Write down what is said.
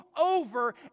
over